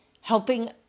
helping